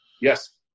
Yes